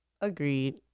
Agreed